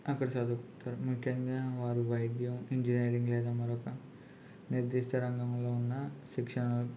అక్కడ చదువుకుంటారు ముఖ్యంగా వారు వైద్యం ఇంజనీరింగ్ లేదా మరొక నిర్దిష్ట రంగంలో ఉన్న శిక్షణ